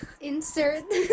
Insert